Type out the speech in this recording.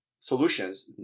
solutions